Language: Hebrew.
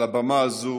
על הבמה הזאת